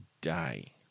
day